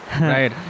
Right